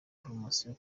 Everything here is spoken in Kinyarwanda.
promosiyo